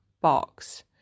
box